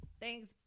Thanks